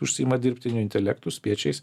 užsiima dirbtiniu intelektu spiečiais